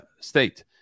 state